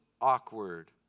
awkward